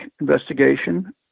investigation